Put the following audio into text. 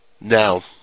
Now